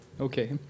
okay